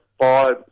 five